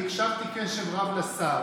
הקשבתי בקשב רב לשר,